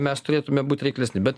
mes turėtume būti reiklesni bet